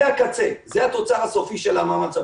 זה הקצה, זה התוצר הסופי של המאמץ הבריאותי.